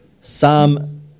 Psalm